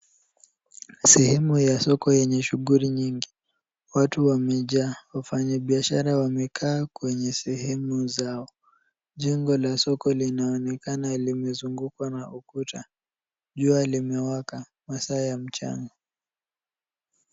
Sehemu ya soko yenye shughuli nyingi. Watu wamejaa. wafanyi biashara wamekaa kwenye sehemu zao. Jengo la soko linaonekana limezungukwa na ukuta. Jua limewaka masaa ya mchana.